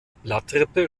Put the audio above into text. blattrippe